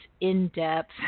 in-depth